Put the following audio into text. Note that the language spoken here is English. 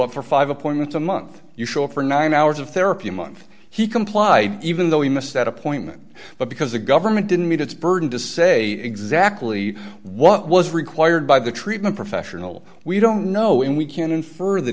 up for five appointments a month you show up for nine hours of therapy a month he complied even though he missed that appointment but because the government didn't meet its burden to say exactly what was required by the treatment professional we don't know and we can